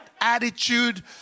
attitude